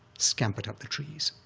scampered up the trees.